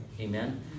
Amen